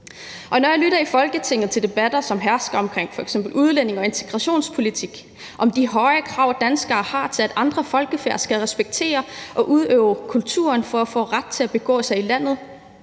Når jeg i Folketinget lytter til de debatter, som er fremherskende, om f.eks. udlændinge og integrationspolitik, om de høje krav, danskere har, til, at andre folkefærd skal respektere og udøve kulturen for at få ret til at begå sig i landet,